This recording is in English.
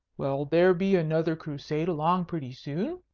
will there be another crusade along pretty soon?